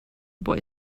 boy